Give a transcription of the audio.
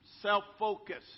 self-focused